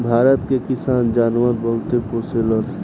भारत के किसान जानवर बहुते पोसेलन